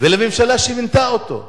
ואל הממשלה שמינתה אותו.